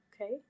Okay